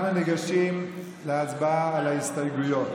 אנחנו ניגשים להצבעה על ההסתייגויות.